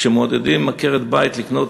כשמעודדים עקרת-בית לקנות